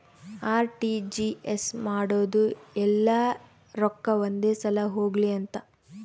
RTGS ಮಾಡೋದು ಯೆಲ್ಲ ರೊಕ್ಕ ಒಂದೆ ಸಲ ಹೊಗ್ಲಿ ಅಂತ